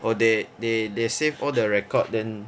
or they they they saved all the record then